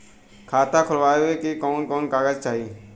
खाता खोलवावे में कवन कवन कागज चाही?